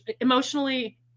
emotionally